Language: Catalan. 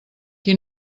qui